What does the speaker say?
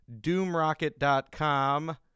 doomrocket.com